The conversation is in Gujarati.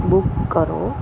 બુક કરો